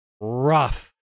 rough